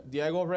Diego